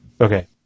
Okay